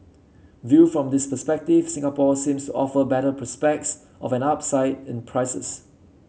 viewed from this perspective Singapore seems to offer better prospects of an upside in prices